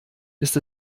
ist